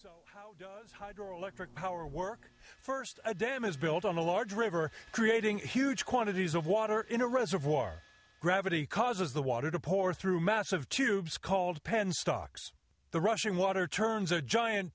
so how does hydroelectric power work first a dam is built on a large river creating huge quantities of water in a reservoir gravity causes the water to pour through massive tubes called pan stocks the rushing water turns a giant